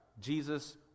Jesus